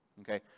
Okay